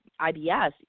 IBS